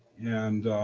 and